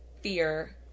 fear